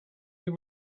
they